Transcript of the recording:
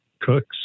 cooks